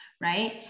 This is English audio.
Right